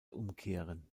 umkehren